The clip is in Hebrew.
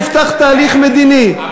ואם הייתם בממשלה והיה נפתח תהליך מדיני,